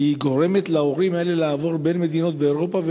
גורמת לבעיות להורים האלה במעבר בין מדינות באירופה,